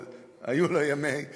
אבל היו לו ימי פאר,